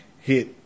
hit